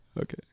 okay